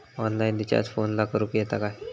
Online recharge फोनला करूक येता काय?